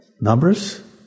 Numbers